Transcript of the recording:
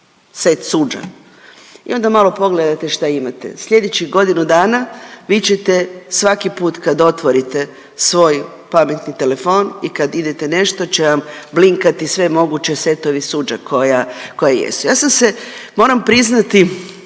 set suđa i onda malo pogledate šta imate, slijedećih godinu dana vi ćete svaki put kad otvorite svoj pametni telefon i kad idete nešto će vam blinkati sve moguće setovi suđa koja, koja jesu. Ja sam se moram priznati